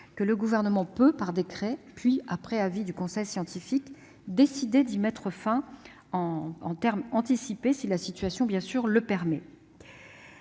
que le Gouvernement peut, par décret pris après avis du conseil scientifique, décider d'y mettre un terme anticipé si la situation le permet.